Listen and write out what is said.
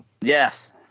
Yes